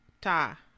ta